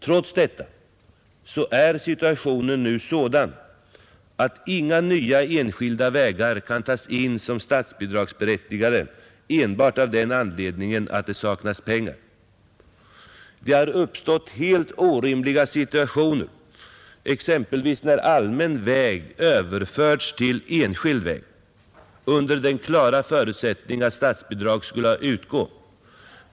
Trots detta är läget nu sådant att inga nya enskilda vägar kan tas in som statsbidragsberättigade enbart av den anledningen att det saknas pengar. Det har uppstått helt orimliga situationer, exempelvis när allmän väg överförts till enskild väg under den klara förutsättningen att statsbidrag skulle utgå.